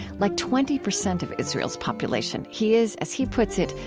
like twenty percent of israel's population, he is, as he puts it,